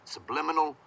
Subliminal